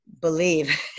believe